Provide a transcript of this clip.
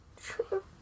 True